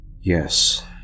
Yes